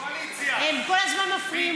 הם כל הזמן מפריעים לי.